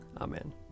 Amen